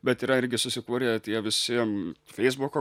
bet yra irgi susikūrę tie visi feisbuko